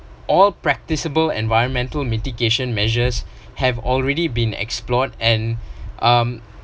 all practicable environmental mitigation measures have already been explored and um